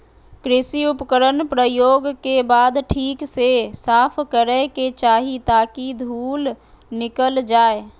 कृषि उपकरण प्रयोग के बाद ठीक से साफ करै के चाही ताकि धुल निकल जाय